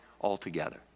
altogether